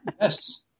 yes